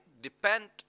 depend